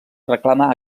reclama